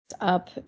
Up